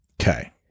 okay